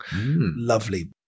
Lovely